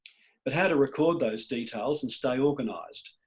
but how to record those details and stay organised?